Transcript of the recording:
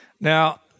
Now